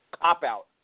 cop-out